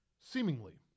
Seemingly